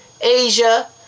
Asia